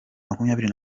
makumyabiri